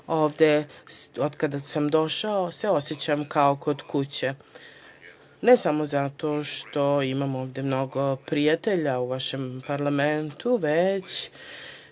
Ovde od kada sam došao se osećam kao kod kuće ne samo zato što imam ovde mnogo prijatelja u vašem parlamentu, već